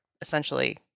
essentially